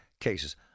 cases